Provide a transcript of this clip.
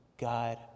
God